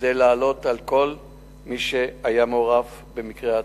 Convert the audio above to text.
כדי לעלות על כל מי שהיה מעורב במקרה ההצתה.